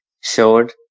showed